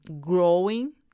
growing